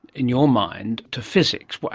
in your mind, to physics? but